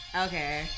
Okay